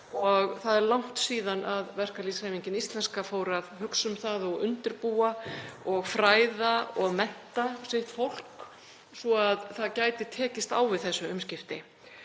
Það er langt síðan íslenska verkalýðshreyfingin fór að hugsa um það og undirbúa, fræða og mennta sitt fólk svo að það gæti tekist á við þessi umskipti.